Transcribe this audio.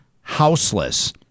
houseless